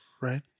right